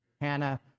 Hannah